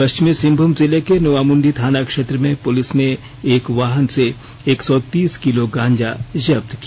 पश्चिमी सिंहमूम जिले के नोआमुंडी थाना क्षेत्र में पुलिस ने एक वाहन से एक सौ तीस किलो गांजा जब्त किया